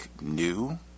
new